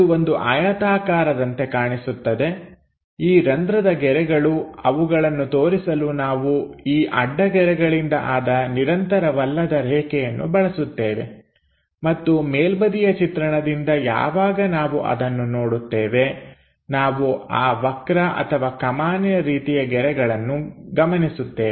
ಇದು ಒಂದು ಆಯತಾಕಾರದಂತೆ ಕಾಣಿಸುತ್ತದೆ ಈ ರಂಧ್ರದ ಗೆರೆಗಳು ಅವುಗಳನ್ನು ತೋರಿಸಲು ನಾವು ಈ ಅಡ್ಡ ಗೆರೆಗಳಿಂದ ಆದ ನಿರಂತರವಲ್ಲದ ರೇಖೆಯನ್ನು ಬಳಸುತ್ತೇವೆ ಮತ್ತು ಮೇಲ್ಬದಿಯ ಚಿತ್ರಣದಿಂದ ಯಾವಾಗ ನಾವು ಅದನ್ನು ನೋಡುತ್ತೇವೆ ನಾವು ಆ ವಕ್ರ ಕಮಾನಿನ ರೀತಿಯ ಗೆರೆಗಳನ್ನು ಗಮನಿಸುತ್ತೇವೆ